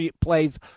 plays